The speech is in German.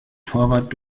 torwart